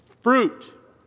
fruit